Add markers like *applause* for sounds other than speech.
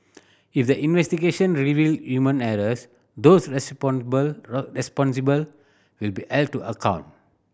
if the investigation reveal human errors those *unintelligible* responsible will be *unintelligible* to account